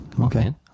Okay